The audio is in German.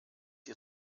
ihr